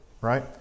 right